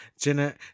Jenna